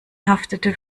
haftete